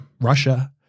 Russia